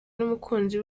n’umukunzi